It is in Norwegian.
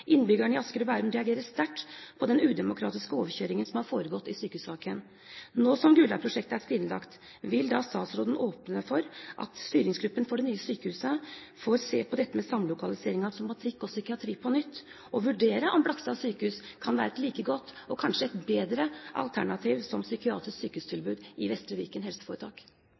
Innbyggerne i Asker og Bærum reagerer sterkt på den udemokratiske overkjøringen som har foregått i sykehussaken. Nå som Gullaug-prosjektet er skrinlagt, vil da statsråden åpne for at styringsgruppen for det nye sykehuset får se på dette med samlokalisering av somatikk og psykiatri på nytt, og vurdere om Blakstad sykehus kan være et like godt, og kanskje et bedre, alternativ som psykiatrisk sykehustilbud i Vestre Viken